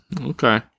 Okay